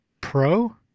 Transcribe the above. Pro